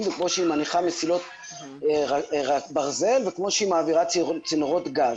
וכמו שהיא מניחה מסילות ברזל וכמו שהיא מעבירה צינורות גז.